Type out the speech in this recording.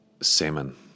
salmon